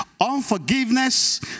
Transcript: Unforgiveness